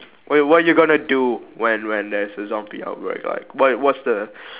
wait what you gonna do when when there's a zombie outbreak like what what's the